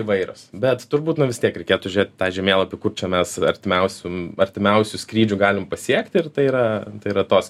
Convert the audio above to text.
įvairios bet turbūt nu vis tiek reikėtų žiūrėt į tą žemėlapį kur čia mes artimiausių artimiausių skrydžių galim pasiekti ir tai yra tai yra tos